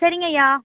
சரிங்கய்யா